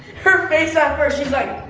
her face at first, she's like,